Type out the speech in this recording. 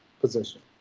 position